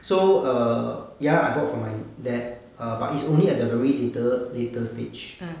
so err ya I bought for my dad err but it's only at the really later later stage